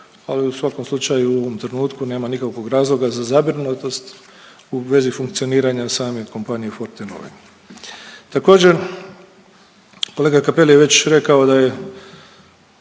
ali u svakom slučaju u ovom trenutku nema nikakvog razloga za zabrinutost u vezi funkcioniranja same kompanije Fortenove. Također, kolega Cappelli je već rekao da je